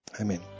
Amen